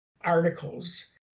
articles